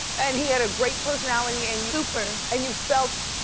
and he had a great personality and you super. and you felt